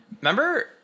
Remember